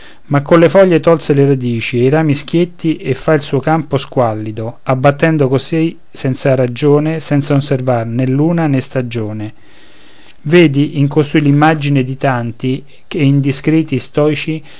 stesso ma colle foglie tolse le radici e i rami schietti e fa il suo campo squallido abbattendo così senza ragione senza osservar né luna né stagione vedi in costui l'immagine di tanti